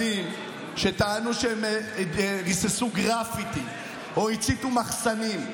ייצגתי כל מיני ילדים שטענו שהם ריססו גרפיטי או הציתו מחסנים.